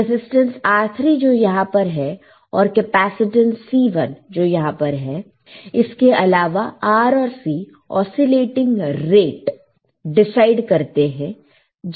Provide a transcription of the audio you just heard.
resistance R3 जो यहां पर है और कैपेसिटेंस C1 जो यहां पर है इसके अलावा R और C ओसीलेटिंग रेट डिसाइड करते हैं